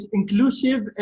inclusive